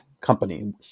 company